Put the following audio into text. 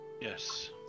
Yes